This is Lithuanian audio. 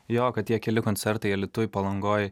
jo kad tie keli koncertai alytuj palangoj